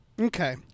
Okay